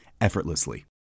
effortlessly